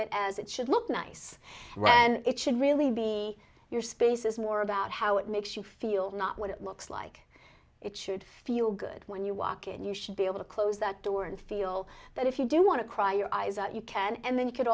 it as it should look nice and it should really be your space is more about how it makes you feel not what it looks like it should feel good when you walk in you should be able to close that door and feel that if you do want to cry your eyes out you can and then you could